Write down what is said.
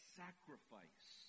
sacrifice